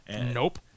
Nope